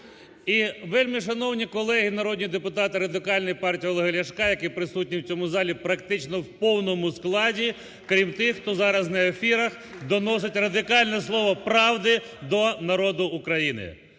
І вельмишановні колеги народні депутати Радикальної партії Олега Ляшка, які присутні в цьому залі практично в повному складі, крім тих, хто зараз на ефірах доносить радикальне слово правди до народу України!